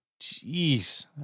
Jeez